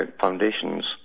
foundations